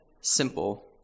simple